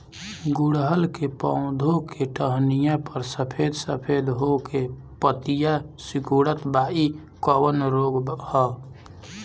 गुड़हल के पधौ के टहनियाँ पर सफेद सफेद हो के पतईया सुकुड़त बा इ कवन रोग ह?